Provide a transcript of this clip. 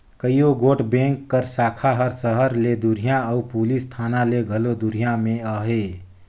कइयो गोट बेंक कर साखा हर सहर ले दुरिहां अउ पुलिस थाना ले घलो दुरिहां में अहे